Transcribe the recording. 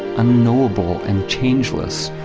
unknowable and changeless,